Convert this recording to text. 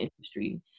industry